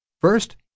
First